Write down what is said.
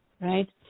right